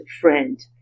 friend